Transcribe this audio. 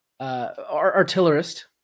artillerist